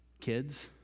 Kids